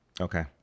Okay